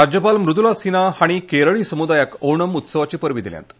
राज्यपाल मुद्ला सिन्हा हांणी केरळी समुदायाक ओणम उत्सवाची परबीं दिल्यांत